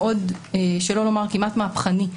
שלא לומר כמעט מהפכני,